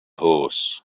horse